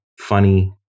funny